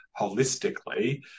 holistically